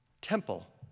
temple